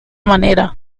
manera